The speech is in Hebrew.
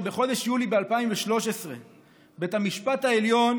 בחודש יולי 2013 בית המשפט העליון,